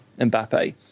Mbappe